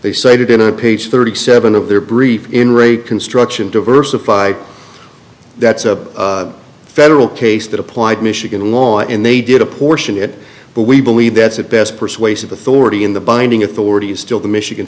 they cited in a page thirty seven of their brief in re construction diversified that's a federal case that applied michigan law and they did apportion it but we believe that's at best persuasive authority in the binding authority is still the michigan